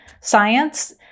science